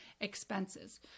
expenses